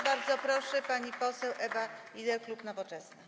Bardzo proszę, pani poseł Ewa Lieder, klub Nowoczesna.